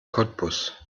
cottbus